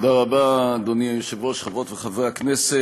תודה רבה, אדוני היושב-ראש, חברות וחברי הכנסת.